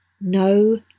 no